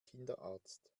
kinderarzt